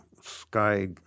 sky –